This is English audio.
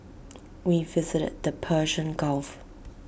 we visited the Persian gulf